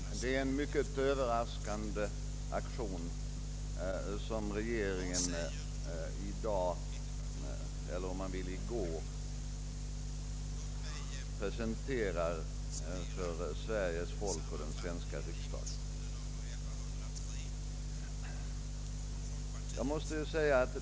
Herr talman! Det är en mycket överraskande aktion som regeringen i daz — eller om man så vill i går — presenterar för Sveriges folk och för den svenska riksdagen.